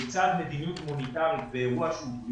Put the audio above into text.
כיצד מדיניות מוניטרית היא אירוע שהוא...